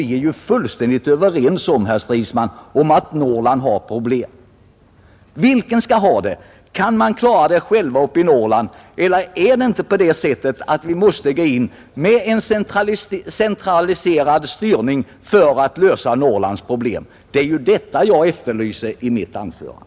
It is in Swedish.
Vi är ju fullständigt överens, herr Stridsman, om att Norrland har problem. Vem skall ha styrningsmedlen? Kan man själv klara saken uppe i Norrland? Eller måste vi inte gå in med en centraliserad styrning för att lösa Norrlands problem? Det är detta jag efterlyste i mitt anförande.